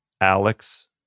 Alex